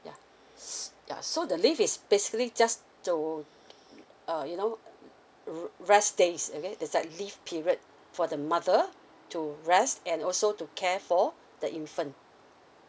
ya ya so the leave is basically just to uh you know re~ rest days okay is like leave period for the mother to rest and also to care for the infant